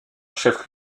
chef